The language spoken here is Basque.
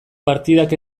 partidak